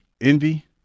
envy